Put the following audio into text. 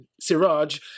Siraj